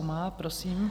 Má, prosím.